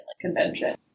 convention